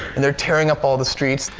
and they're tearing up all the streets.